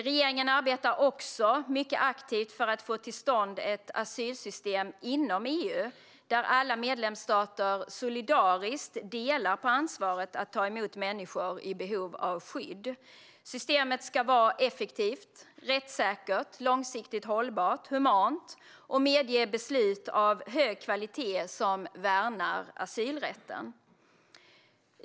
Regeringen arbetar också mycket aktivt för att få till stånd ett asylsystem inom EU där alla medlemsstater solidariskt delar på ansvaret att ta emot människor i behov av skydd. Systemet ska vara effektivt, rättssäkert, långsiktigt hållbart, humant och medge beslut av hög kvalitet som värnar asylrätten.